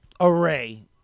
array